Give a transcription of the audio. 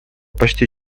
почти